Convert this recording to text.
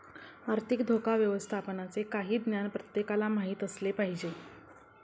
आर्थिक धोका व्यवस्थापनाचे काही ज्ञान प्रत्येकाला माहित असले पाहिजे